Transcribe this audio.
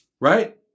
Right